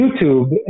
YouTube